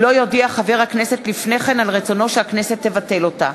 אם לא יודיע חבר הכנסת לפני כן על רצונו שהכנסת תבטל אותה.